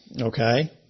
Okay